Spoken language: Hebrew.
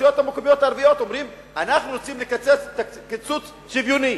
ברשויות המקומיות הערביות אומרים: אנחנו רוצים לקצץ קיצוץ שוויוני,